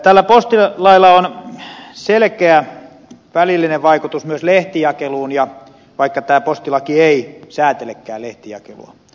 tällä postilailla on selkeä välillinen vaikutus myös lehtijakeluun vaikka tämä postilaki ei säätelekään lehtijakelua